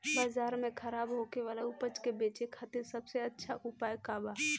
बाजार में खराब होखे वाला उपज के बेचे खातिर सबसे अच्छा उपाय का बा?